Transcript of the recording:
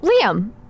liam